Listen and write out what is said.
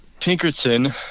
Pinkerton